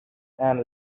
and